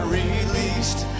released